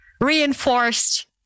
reinforced